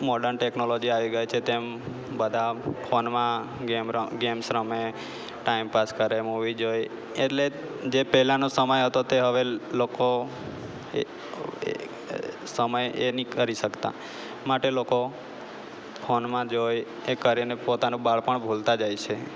modern technology આવી ગઈ છે તેમ બધાં ફોનમાં ગેમ ગેમ્સ રમે ટાઇમપાસ કરે મુવી જોએ એટલે જે પહેલાનો સમય હતો તે હવે લોકો સમય એ નઈ કરી શકતા માટે લોકો ફોનમાં જોઈ એ કરીને પોતાનું બાળપણ ભૂલતા જાય છે